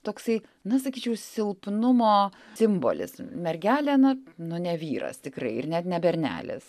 toksai na sakyčiau silpnumo simbolis mergelė na nu ne vyras tikrai ir net ne bernelis